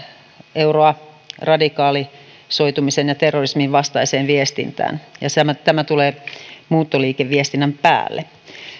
euroa radikalisoitumisen ja terrorismin vastaiseen viestintään ja tämä tulee muuttoliikeviestinnän päälle